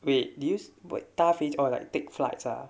wait leaves but tough it or like take flights ah